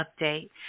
update